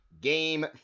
Game